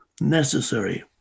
necessary